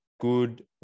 good